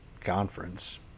conference